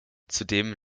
zudem